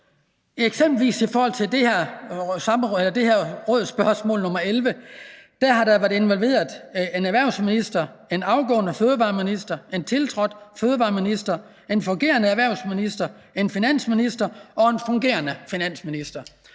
Eksempelvis har der i forbindelse med det her udvalgsspørgsmål nr. 11 været involveret en erhvervsminister, en afgående fødevareminister, en tiltrådt fødevareminister, en fungerende erhvervsminister, en finansminister og en fungerende finansminister.